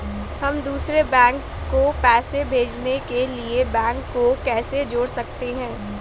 हम दूसरे बैंक को पैसे भेजने के लिए बैंक को कैसे जोड़ सकते हैं?